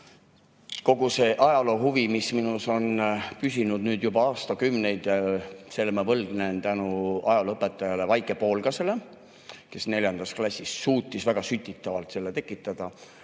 Kogu see ajaloohuvi, mis minus on püsinud nüüd juba aastakümneid, selle ma võlgnen ajalooõpetajale Vaike Poolgasele, kes neljandas klassis suutis väga sütitavalt selle minus tekitada.